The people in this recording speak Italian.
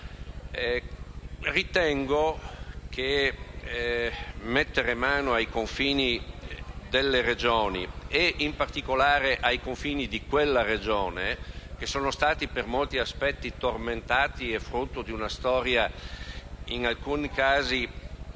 Ritengo che mettere mano ai confini delle Regioni e, in particolare, ai confini di quella Regione, che sono stati, per molti aspetti, tormentati e frutto di una storia in alcuni casi